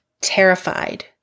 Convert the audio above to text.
terrified